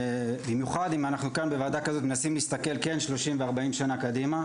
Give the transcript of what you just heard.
במיוחד אם אנחנו בוועדה כזאת מנסים להסתכל 30 ו-40 שנים קדימה.